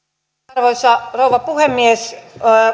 arvoisa rouva puhemies